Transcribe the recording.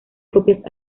copias